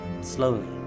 slowly